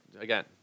again